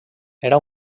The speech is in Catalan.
era